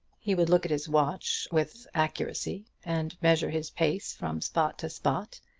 he would look at his watch with accuracy, and measure his pace from spot to spot,